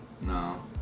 no